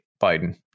Biden